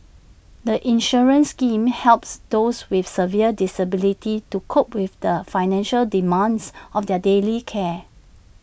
the insurance scheme helps those with severe disabilities to cope with the financial demands of their daily care